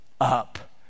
up